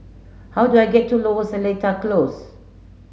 how do I get to Lower Seletar Close